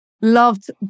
loved